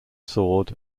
sword